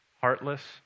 heartless